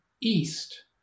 east